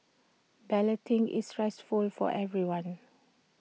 balloting is stressful for everyone